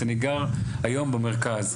אני גר היום במרכז.